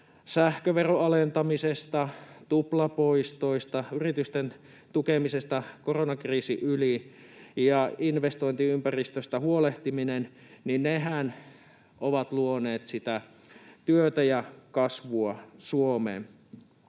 sähköveron alentamisesta, tuplapoistoista, yritysten tukemisesta koronakriisin yli ja investointiympäristöstä huolehtiminen ovat luoneet sitä työtä ja kasvua Suomeen.